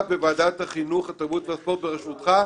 בוועדת החינוך התרבות והספורט בראשותך.